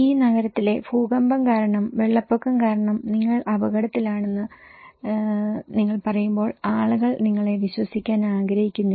ഈ നഗരത്തിലെ ഭൂകമ്പം കാരണം വെള്ളപ്പൊക്കം കാരണം നിങ്ങൾ അപകടത്തിലാണ് എന്ന് നിങ്ങൾ പറയുമ്പോൾ ആളുകൾ നിങ്ങളെ വിശ്വസിക്കാൻ ആഗ്രഹിക്കുന്നില്ല